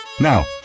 Now